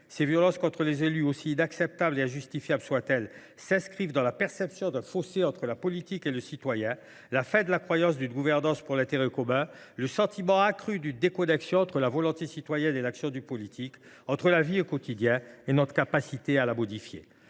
Ces violences contre les élus, aussi inacceptables et injustifiables soient elles, s’inscrivent dans la perception d’un fossé entre le politique et le citoyen, la fin de la croyance d’une gouvernance pour l’intérêt commun, le sentiment accru d’une déconnexion entre la volonté citoyenne et l’action du politique, entre la vie au quotidien et notre capacité à la modifier.